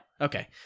Okay